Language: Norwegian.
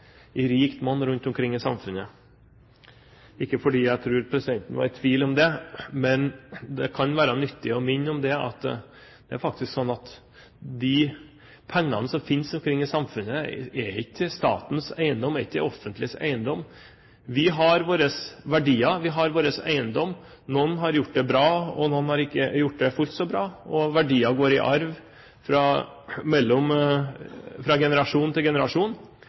i rikt monn rundt omkring i samfunnet, ikke fordi jeg tror noen er i tvil om det, men det kan være nyttig å minne om at det faktisk er sånn at de pengene som finnes rundt omkring i samfunnet, ikke er statens eiendom, ikke er det offentliges eiendom. Vi har våre verdier, vi har våre eiendommer, noen har gjort det bra, og noen har ikke gjort det fullt så bra, verdier går i arv fra generasjon til generasjon,